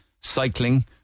cycling